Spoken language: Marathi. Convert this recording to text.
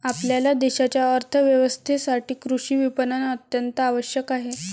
आपल्या देशाच्या अर्थ व्यवस्थेसाठी कृषी विपणन अत्यंत आवश्यक आहे